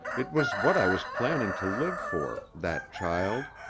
it was what i was planning to live for. that child.